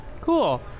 Cool